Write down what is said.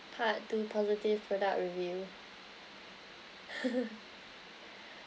part two positive product review